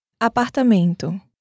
Apartamento